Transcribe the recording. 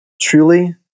truly